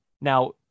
now